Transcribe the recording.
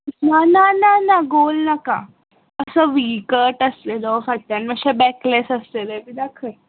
ना ना ना गोल नाका मात्सो वी कट आसलेलो फाटल्यान मात्शे बॅकलस आसलले बी दाखय